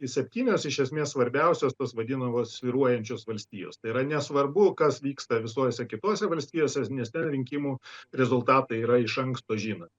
į septynias iš esmės svarbiausios tos vadinamos svyruojančios valstijos tai yra nesvarbu kas vyksta visose kitose valstijose nes ten rinkimų rezultatai yra iš anksto žinomi